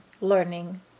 learning